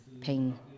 pain